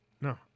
No